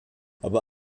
aber